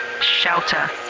Shelter